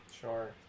sure